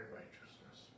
righteousness